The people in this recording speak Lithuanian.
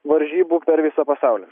varžybų per visą pasaulį